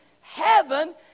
heaven